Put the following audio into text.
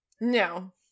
No